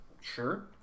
Sure